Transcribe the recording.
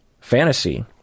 fantasy